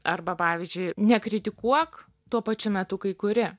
arba pavyzdžiui nekritikuok tuo pačiu metu kai kuri